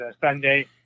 sunday